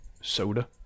soda